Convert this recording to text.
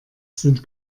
sind